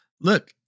look